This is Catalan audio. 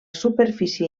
superfície